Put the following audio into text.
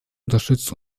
unterstützt